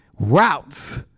routes